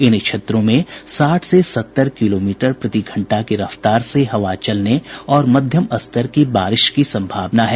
इन क्षेत्रों में साठ से सत्तर किलोमीटर प्रतिघंटा की रफ्तार से हवा चलने और मध्यम स्तर की बारिश की सम्भावना है